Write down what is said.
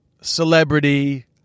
celebrity